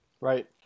Right